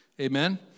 Amen